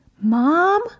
Mom